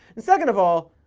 and second of all.